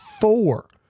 four